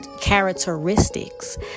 characteristics